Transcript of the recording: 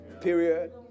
period